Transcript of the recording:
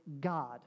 God